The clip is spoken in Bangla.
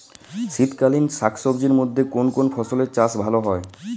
শীতকালীন শাকসবজির মধ্যে কোন কোন ফসলের চাষ ভালো হয়?